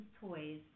toys